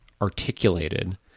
articulated